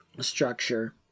structure